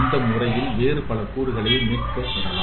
இந்த முறையில் வேறு பல கூறுகளும் மீட்கப்பட லாம்